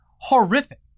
horrific